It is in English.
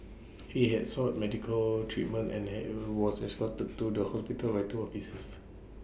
he had sought medical treatment and was escorted to the hospital by two officers